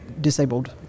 disabled